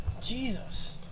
jesus